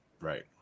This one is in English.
Right